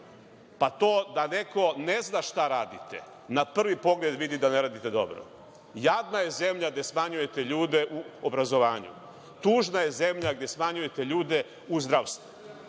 Pa to da neko ne zna šta radite, na prvi pogled vidi da ne radite dobro. Jadna je zemlja gde smanjujete ljude u obrazovanju. Tužna je zemlja gde smanjujete ljude u zdravstvu. Niste